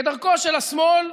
כדרכו של השמאל,